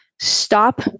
stop